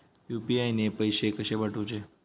UPI ने पैशे कशे पाठवूचे?